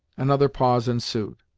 another pause ensued.